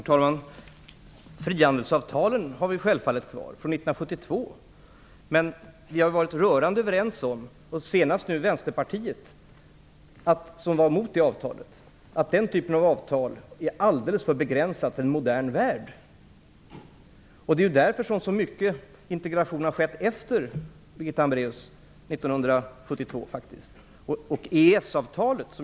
Herr talman! Frihandelsavtalet sedan 1972 har vi självfallet kvar, men vi har varit rörande överens om - senast med anslutning från vänsterpartiet, som varit emot detta avtal - att denna samarbetstyp är alldeles för begränsad i en modern värld. Det är också därför, Birgitta Hambraeus, som det har blivit så mycket av integration efter 1972.